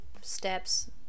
steps